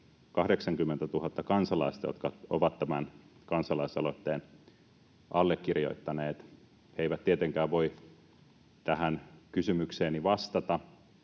80 000 kansalaista, jotka ovat tämän kansalaisaloitteen allekirjoittaneet. He eivät tietenkään voi tähän kysymykseeni vastata,